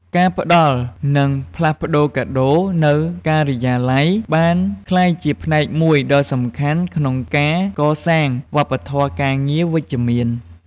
ការផ្តល់និងផ្លាស់ប្ដូរកាដូរនៅការិយាល័យ បានក្លាយជាផ្នែកមួយដ៏សំខាន់ក្នុងការកសាង វប្បធម៌ការងារវិជ្ជមាន។